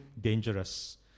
dangerous